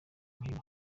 umuhigo